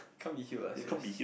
can't be healed ah serious